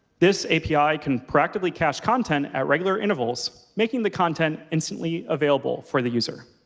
this api can practically cache content at regular intervals, making the content instantly available for the user.